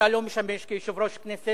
אתה לא משמש כיושב-ראש הכנסת,